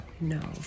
no